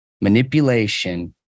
manipulation